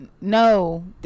No